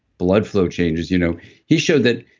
blood flow changes, you know he showed that.